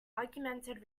augmented